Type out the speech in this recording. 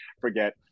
forget